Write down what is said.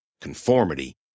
Conformity